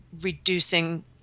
reducing